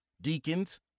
deacons